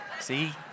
See